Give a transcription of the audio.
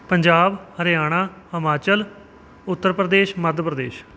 Punjab Haryana Himachal Uttar Pradesh Madhya Pradesh